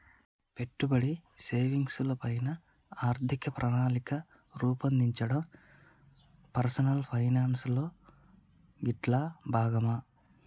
పెట్టుబడి, సేవింగ్స్ ల పైన ఆర్థిక ప్రణాళికను రూపొందించడం పర్సనల్ ఫైనాన్స్ లో గిట్లా భాగమే